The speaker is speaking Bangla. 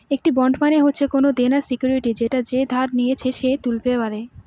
একটি বন্ড মানে হচ্ছে কোনো দেনার সিকুইরিটি যেটা যে ধার নিচ্ছে সে তুলতে পারে